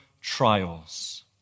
trials